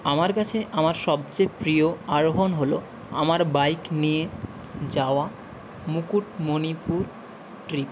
আমার কাছে আমার সবচেয়ে প্রিয় আরোহণ হল আমার বাইক নিয়ে যাওয়া মুকুটমণিপুর ট্রিপ